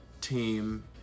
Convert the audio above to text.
team